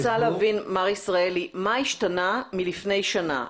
אני רוצה להבין מה התשנה מלפני שנה.